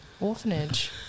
Orphanage